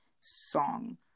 song